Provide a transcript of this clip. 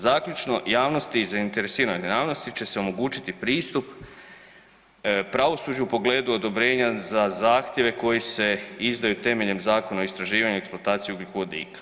Zaključno, javnosti i zainteresiranoj javnosti će se omogućiti pristup pravosuđu u pogledu odobrenja za zahtjeve koji se izdaju temeljem Zakona o istraživanju i eksploataciji ugljikovodika.